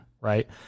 right